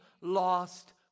lost